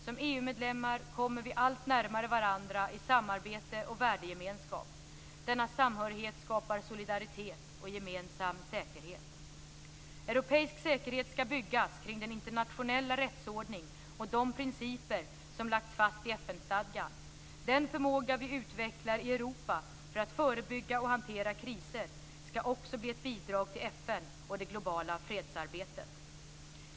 Som EU-medlemmar kommer vi allt närmare varandra i samarbete och värdegemenskap. Denna samhörighet skapar solidaritet och gemensam säkerhet. Europeisk säkerhet ska byggas kring den internationella rättsordning och de principer som lagts fast i FN-stadgan. Den förmåga vi utvecklar i Europa för att förebygga och hantera kriser ska också bli ett bidrag till FN och det globala fredsarbetet.